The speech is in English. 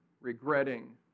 regretting